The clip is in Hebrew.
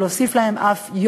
ואף להוסיף להם יום,